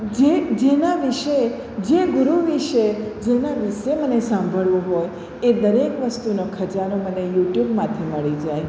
જે જેના વિશે જે ગુરુ વિશે જેના વિશે મને સાંભળવું હોય એ દરેક વસ્તુનો ખજાનો મને યુટ્યુબમાંથી મળી જાય